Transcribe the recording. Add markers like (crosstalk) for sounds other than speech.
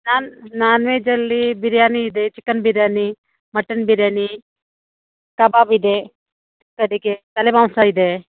ನಾನ್ ನಾನ್ವೆಜ್ಜಲ್ಲಿ ಬಿರ್ಯಾನಿ ಇದೆ chicken biryani mutton biryani ಕಬಾಬ್ ಇದೆ (unintelligible) ತಲೆಮಾಂಸ ಇದೆ